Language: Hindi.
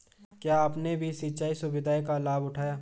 क्या आपने भी सिंचाई सुविधाओं का लाभ उठाया